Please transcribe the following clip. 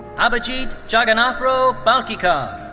abhijeet jagannathrao bhalkikar.